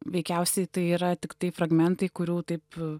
veikiausiai tai yra tiktai fragmentai kurių taip